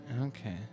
Okay